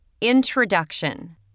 Introduction